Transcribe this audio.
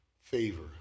favor